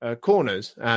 corners